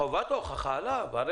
חובת ההוכחה עליו.